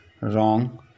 wrong